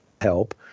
help